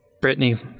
Brittany